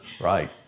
Right